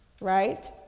right